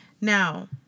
Now